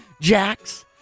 Jax